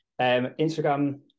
Instagram